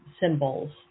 symbols